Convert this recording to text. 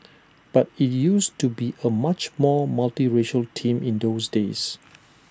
but IT used to be A much more multiracial team in those days